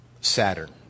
Saturn